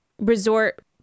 resort